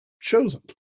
chosen